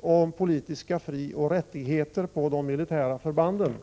om politiska frioch rättigheter på de militära förbanden.